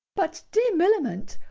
but, dear millamant,